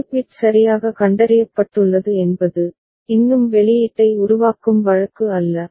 ஒரு பிட் சரியாக கண்டறியப்பட்டுள்ளது என்பது இன்னும் வெளியீட்டை உருவாக்கும் வழக்கு அல்ல